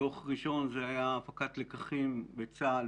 דוח ראשון היה הפקת לקחים בצבא הגנה לישראל